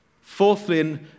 Fourthly